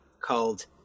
called